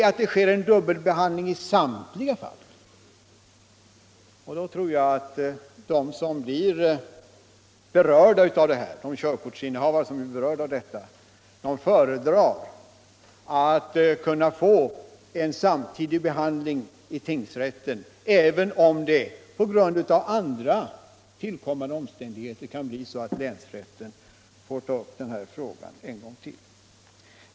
Jo, det sker en dubbelbehandling i samtliga fall, och då tror jag att de körkortsinnehavare som berörs av detta föredrar att kunna få en samtidig behandling i tingsrätten, även om det på grund av andra tillkommande omständigheter kan bli så, att länsrätten får ta upp den här frågan en gång till.